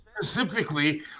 specifically